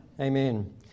Amen